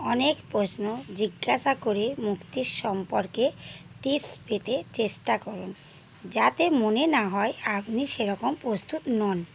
অনেক প্রশ্ন জিজ্ঞাসা করে মুক্তির সম্পর্কে টিপস পেতে চেষ্টা করুন যাতে মনে না হয় আপনি সেরকম প্রস্তুত নন